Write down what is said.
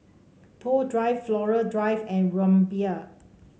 Toh Drive Flora Drive and Rumbia